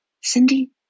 Cindy